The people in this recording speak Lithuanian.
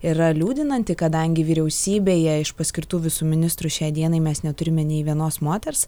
yra liūdinanti kadangi vyriausybėje iš paskirtų visų ministrų šiai dienai mes neturime nei vienos moters